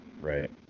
Right